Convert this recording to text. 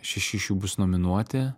šeši iš jų bus nominuoti